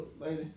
lady